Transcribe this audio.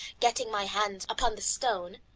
getting my hands upon the stone,